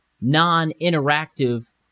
non-interactive